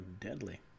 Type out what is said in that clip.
deadly